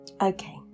Okay